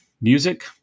music